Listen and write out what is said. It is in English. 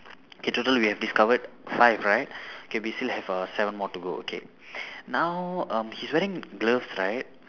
K total we have discovered five right K we still have err seven more to go okay now um he's wearing gloves right